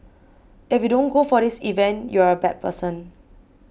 if you don't go for this event you're a bad person